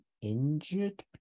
injured